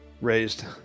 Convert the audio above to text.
raised